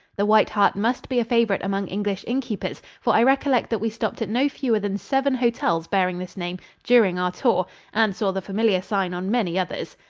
the white hart must be a favorite among english innkeepers, for i recollect that we stopped at no fewer than seven hotels bearing this name during our tour and saw the familiar sign on many others.